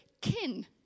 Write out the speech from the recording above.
kin